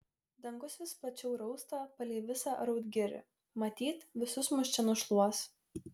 dangus vis plačiau rausta palei visą raudgirį matyt visus mus čia nušluos